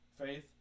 faith